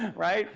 right